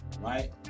right